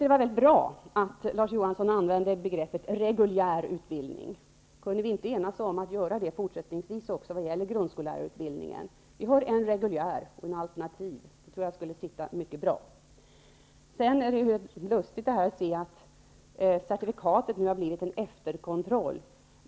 Det var väldigt bra att Larz Johansson använde begreppet reguljär utbildning. Kunde vi inte enas om att göra det i fortsättningen också om grundskollärarutbildningen och säga att vi har en reguljär och en alternativ utbildning? Det skulle sitta mycket bra. Det är lustigt att certifikatet nu har blivit en efterkontroll.